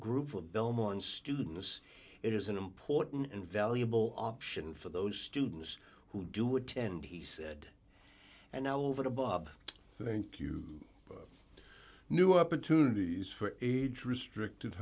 group of belmont students it is an important and valuable option for those students who do attend he said and over to bob thank you new opportunities for age restricted